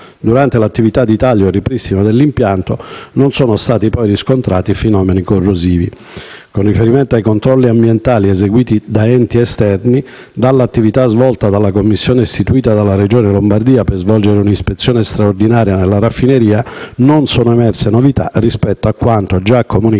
Durante l'attività di taglio e ripristino dell'impianto stesso, non sono stati poi riscontrati fenomeni corrosivi. Con riferimento ai controlli ambientali eseguiti da enti esterni, dall'attività svolta dalla commissione istituita dalla Regione Lombardia per svolgere un'ispezione straordinaria nella raffineria non sono emerse novità rispetto a quanto già comunicato